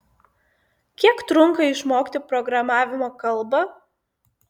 kiek trunka išmokti programavimo kalbą